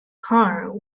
car